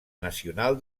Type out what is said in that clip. nacional